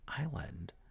Island